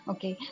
Okay